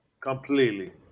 Completely